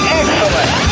excellent